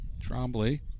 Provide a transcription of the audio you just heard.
Trombley